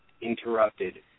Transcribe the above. interrupted